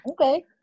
Okay